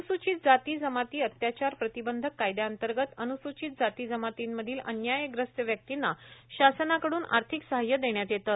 अनुसूचित जाती जमाती अत्याचार प्रतिबंधक कायबांतर्गत अनुसूचित जाती जमातींमधील अन्यायप्रस्त व्यक्तींना शासनाकडून आर्थिक सहाय्य देण्यात येतं